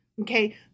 Okay